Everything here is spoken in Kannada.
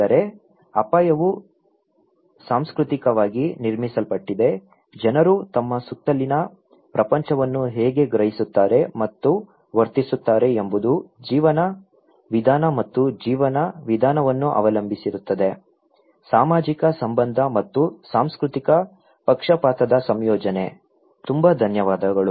ಆದರೆ ಅಪಾಯವು ಸಾಂಸ್ಕೃತಿಕವಾಗಿ ನಿರ್ಮಿಸಲ್ಪಟ್ಟಿದೆ ಜನರು ತಮ್ಮ ಸುತ್ತಲಿನ ಪ್ರಪಂಚವನ್ನು ಹೇಗೆ ಗ್ರಹಿಸುತ್ತಾರೆ ಮತ್ತು ವರ್ತಿಸುತ್ತಾರೆ ಎಂಬುದು ಜೀವನ ವಿಧಾನ ಮತ್ತು ಜೀವನ ವಿಧಾನವನ್ನು ಅವಲಂಬಿಸಿರುತ್ತದೆ ಸಾಮಾಜಿಕ ಸಂಬಂಧ ಮತ್ತು ಸಾಂಸ್ಕೃತಿಕ ಪಕ್ಷಪಾತದ ಸಂಯೋಜನೆ ತುಂಬಾ ಧನ್ಯವಾದಗಳು